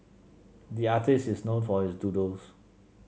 the artist is known for his doodles